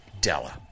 Della